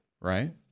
Right